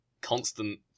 constant